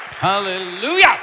Hallelujah